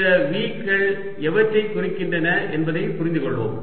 இந்த V கள் எவற்றை குறிக்கின்றன என்பதைப் புரிந்துகொள்வோம்